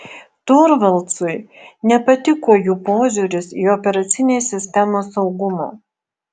torvaldsui nepatiko jų požiūris į operacinės sistemos saugumą